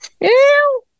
Ew